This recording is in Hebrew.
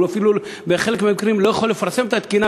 אפילו בחלק מהמקרים הוא לא יכול לפרסם את התקינה,